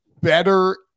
better